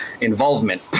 involvement